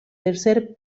tercer